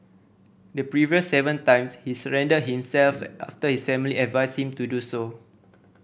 the previous seven times he surrendered himself his family advised him to do so